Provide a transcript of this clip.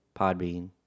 Podbean